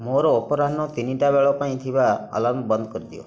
ମୋର ଅପରାହ୍ନ ତିନିଟା ବେଳ ପାଇଁ ଥିବା ଆଲାର୍ମ ବନ୍ଦ କରିଦିଅ